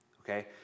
okay